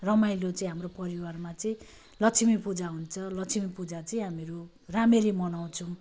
रमाइलो चाहिँ हाम्रो परिवारमा चाहिँ लक्ष्मी पूजा हुन्छ लक्ष्मी पूजा चाहिँ हामीहरू राम्ररी मनाउँछौँ